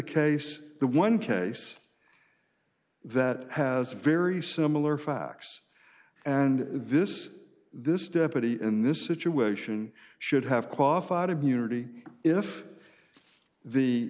case the one case that has a very similar facts and this this deputy in this situation should have qualified immunity if the